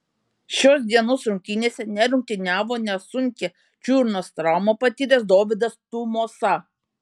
šios dienos rungtynėse nerungtyniavo nesunkią čiurnos traumą patyręs dovydas tumosa